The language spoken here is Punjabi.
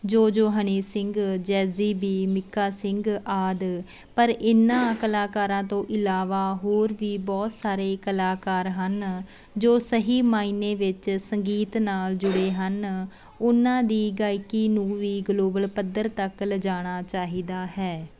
ਜੋ ਜੋ ਹਨੀ ਸਿੰਘ ਜੈਜ਼ੀ ਬੀ ਮੀਕਾ ਸਿੰਘ ਆਦਿ ਪਰ ਇਨ੍ਹਾਂ ਕਲਾਕਾਰਾਂ ਤੋਂ ਇਲਾਵਾ ਹੋਰ ਵੀ ਬਹੁਤ ਸਾਰੇ ਕਲਾਕਾਰ ਹਨ ਜੋ ਸਹੀ ਮਾਇਨੇ ਵਿੱਚ ਸੰਗੀਤ ਨਾਲ ਜੁੜੇ ਹਨ ਉਨ੍ਹਾਂ ਦੀ ਗਾਇਕੀ ਨੂੰ ਵੀ ਗਲੋਬਲ ਪੱਧਰ ਤੱਕ ਲਿਜਾਣਾ ਚਾਹੀਦਾ ਹੈ